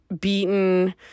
beaten